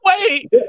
Wait